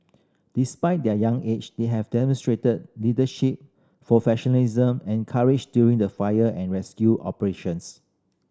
despite their young age they have demonstrated leadership professionalism and courage during the fire and rescue operations